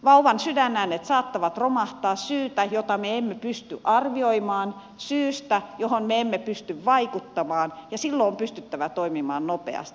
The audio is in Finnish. vauvan sydänäänet saattavat romahtaa syystä jota me emme pysty arvioimaan syystä johon me emme pysty vaikuttamaan ja silloin on pystyttävä toimimaan nopeasti